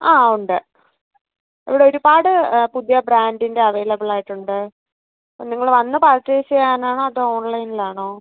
ആ ഉണ്ട് ഇവിടെ ഒരുപാട് പുതിയ ബ്രാൻഡിൻ്റെ അവൈലബിളായിട്ടുണ്ട് നിങ്ങൾ വന്ന് പർച്ചേസ് ചെയ്യാനാണോ അതോ ഓൺലൈനിലാണോ